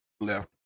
left